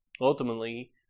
Ultimately